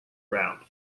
round